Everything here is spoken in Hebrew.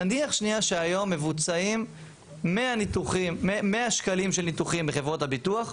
נניח שהיום מבוצעים 100 שקלים של ניתוחים בחברות הביטוח,